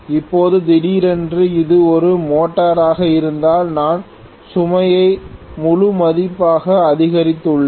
இப்போது திடீரென்று அது ஒரு மோட்டராக இருந்தால் நான் சுமையை முழு மதிப்பாக அதிகரித்துள்ளேன்